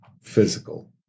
physical